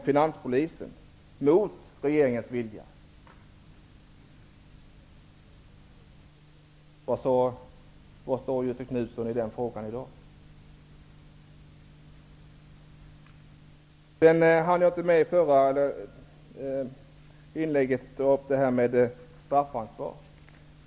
Var står Göthe Knutson i den frågan i dag? I mitt förra inlägg hann jag inte dra upp det här med straffansvar.